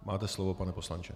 Máte slovo, pane poslanče.